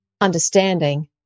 understanding